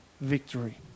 victory